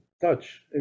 touch